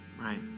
Right